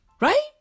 right